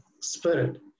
Spirit